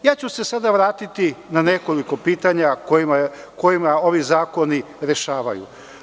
Sada ću se vratiti na nekoliko pitanja koje ovi zakoni rešavaju.